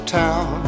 town